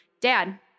Dad